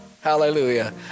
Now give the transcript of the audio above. Hallelujah